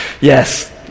Yes